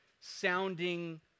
Sounding